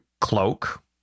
Cloak